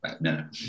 No